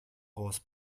horse